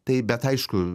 tai bet aišku